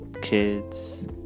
kids